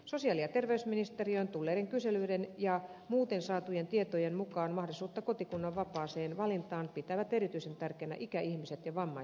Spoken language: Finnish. sosiaali ja terveysministeriöön tulleiden kyselyiden ja muuten saatujen tietojen mukaan mahdollisuutta kotikunnan vapaaseen valintaan pitävät erityisen tärkeänä ikäihmiset ja vammaiset henkilöt